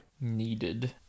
needed